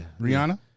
Rihanna